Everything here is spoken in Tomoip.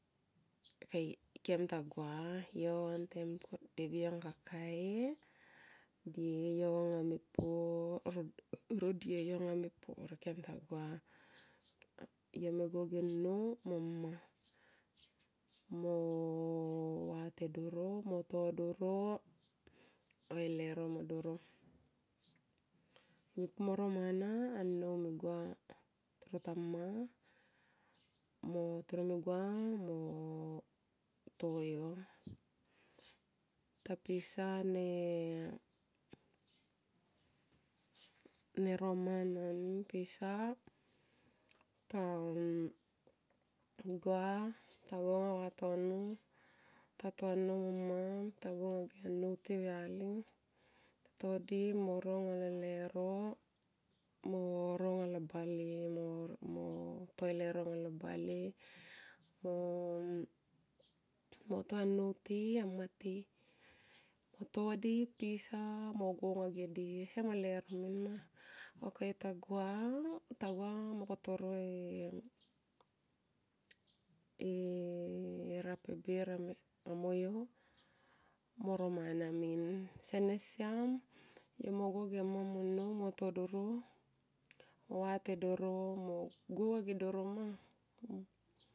Ok kem ta gua vantem devi yo anga kakae ro die yo anga me pur kemta gua. Yo me yo ge nnou mo mma mo vate doro moto doro va e lero mo doro yome pu moro mana. Annou me gua toro ta mma. Mo toro me gua mo to yo. Ta pisa ro mana ta gua to go anga vatono ta to annou mo amma tago anga ge nnou ti auyali ta do moronga lo lero mo ro anga lo bale mo to e lero anga lo bale mo to annou ti amma ti moto di pisa mo go anga ge di siam lero min ma. Ok yota gua ta gua mo kotoroe e rape bir amo yo mo ro mana min. Sene siam yo mo go ge amma mo annou mo to doro mo vate dor mo go anga ge doro ma.